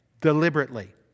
deliberately